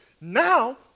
Now